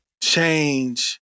change